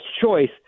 choice